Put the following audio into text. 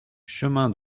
chemin